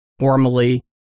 formally